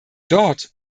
dort